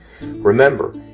Remember